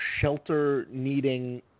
shelter-needing